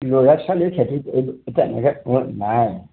ল'ৰা ছোৱালীৰ খেতিত এইটো তেনেকৈ মোৰ নাই